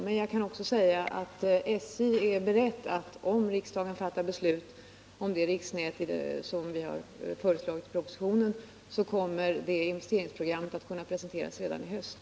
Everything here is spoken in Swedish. Men låt mig också säga, att om riksdagen fattar beslut om ett riksnät i enlighet med vad vi föreslagit i propositionen, kommer SJ att kunna presentera det särskilda investeringsprogrammet redan i höst.